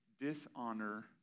dishonor